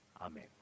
Amen